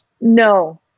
No